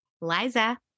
Liza